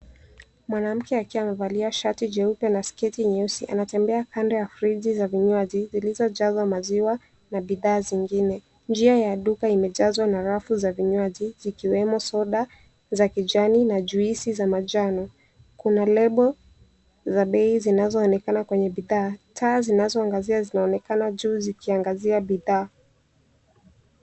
Mwanamke akiwa amevalia shati jeupe na sketi nyeusi anatembea kando ya friji za vinywaji zilizojaza maziwa na bidhaa zingine. Njia ya duka imejazwa na rafu za vinywaji vikiwemo soda za kijani na juisi za manjano. Kuna lebo za bei zinazoonekana kwenye bidhaa. Taa zinazoangazia zinaonekana juu zikiangazia bidhaa.